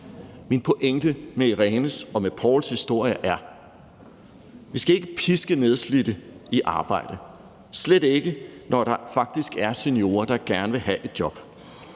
Min pointe med Irenes og Pouls historie er, at vi ikke skal piske nedslidte i arbejde, slet ikke når der faktisk er seniorer, der gerne vil have et job.